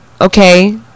okay